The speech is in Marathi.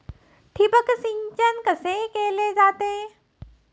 ठिबक सिंचन कसे केले जाते?